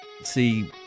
see